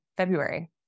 February